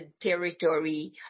territory